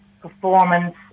performance